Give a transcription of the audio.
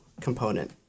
component